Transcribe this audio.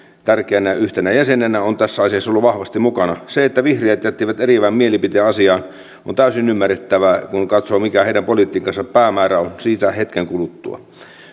tärkeänä jäsenenä on tässä asiassa ollut vahvasti mukana se että vihreät jättivät eriävän mielipiteen asiaan on täysin ymmärrettävää kun katsoo mikä heidän politiikkansa päämäärä on siitä hetken kuluttua